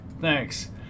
Thanks